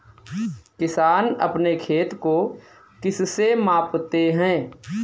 किसान अपने खेत को किससे मापते हैं?